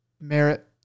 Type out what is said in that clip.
merit